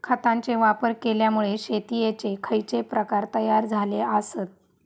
खतांचे वापर केल्यामुळे शेतीयेचे खैचे प्रकार तयार झाले आसत?